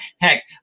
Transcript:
Heck